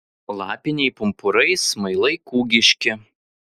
lapiniai pumpurai smailai kūgiški